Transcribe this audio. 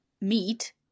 meat